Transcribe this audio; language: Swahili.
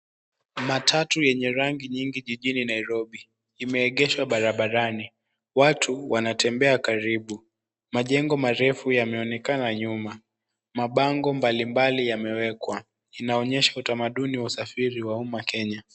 Matatu yenye rangi nyingi jijini Nairobi, imeegeshwa barabarani. Watu wanatembea karibu. Majengo marefu yameonekana nyuma. Mabango mbalimbali yamewekwa. Inaonyesha utamaduni wa usafiri wa umma Kenya.